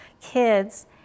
kids